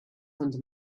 under